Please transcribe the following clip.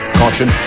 caution